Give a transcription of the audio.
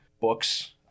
books